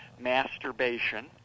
masturbation